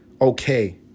okay